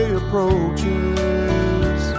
approaches